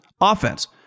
Offense